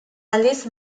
aldiz